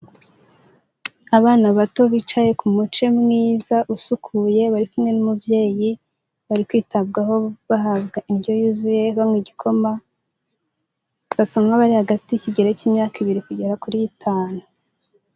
Abana bato bicaye ku muce mwiza usukuye bari kumwe n'umubyeyi bari kwitabwaho bahabwa indyo yuzuye baywa igikoma basa nk'abari hagati y'ikigero k'imyaka ibiri kugera kuri itanu.